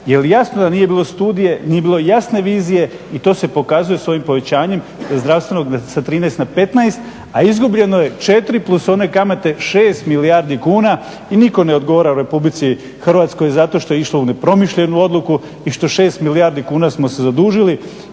jel jasno da nije bilo studije, nije bilo jasne vizije i to se pokazuje sa ovim povećanjem zdravstvenog sa 13 na 15 a izgubljeno je 4 plus one kamate 6 milijardi kuna. I nitko ne odgovara Republici Hrvatskoj zato što je išla u nepromišljenu odluku i što 6 milijardi kuna smo se zadužili.